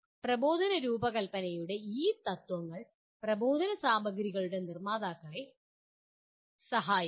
പ്രബോധന രൂപകൽപ്പനയുടെ ഈ തത്ത്വങ്ങൾ പ്രബോധന സാമഗ്രികളുടെ നിർമ്മാതാക്കളെ സഹായിക്കും